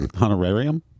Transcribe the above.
Honorarium